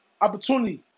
opportunity